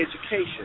education